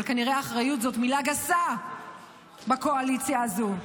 אבל כנראה אחריות היא מילה גסה בקואליציה הזאת,